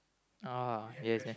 uh yes and